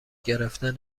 گرفتن